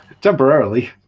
temporarily